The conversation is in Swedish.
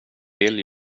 vill